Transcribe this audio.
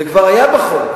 זה כבר היה בחוק.